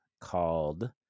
called